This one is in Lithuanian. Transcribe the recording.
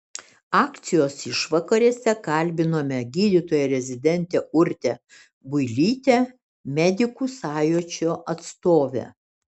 akcijos išvakarėse kalbinome gydytoją rezidentę urtę builytę medikų sąjūdžio atstovę